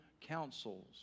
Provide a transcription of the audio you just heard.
counsels